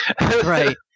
Right